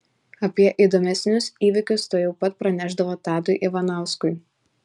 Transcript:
apie įdomesnius įvykius tuojau pat pranešdavo tadui ivanauskui